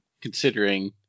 considering